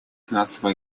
финансово